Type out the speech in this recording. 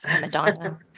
Madonna